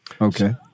Okay